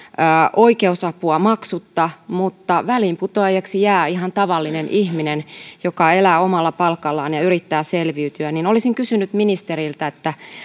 oikeusapua maksutta mutta väliinputoajaksi jää ihan tavallinen ihminen joka elää omalla palkallaan ja yrittää selviytyä olisin kysynyt ministeriltä